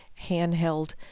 handheld